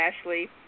Ashley